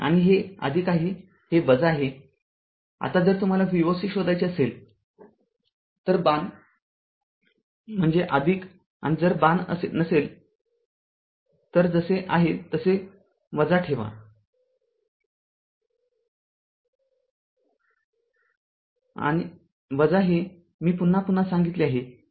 आणि हे आहेहे आहे आताजर तुम्हाला V o c शोधायचे असेल तर बाण म्हणजे आणि आणि जर बाण नसेल तर जसे आहे तसे ठेवा - आणि हे मी पुन्हा पुन्हा सांगितले आहे